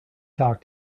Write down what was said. talk